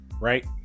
right